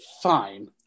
Fine